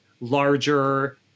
larger